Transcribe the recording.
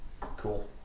Cool